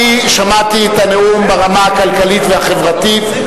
שמעתי את הנאום ברמה הכלכלית והחברתית.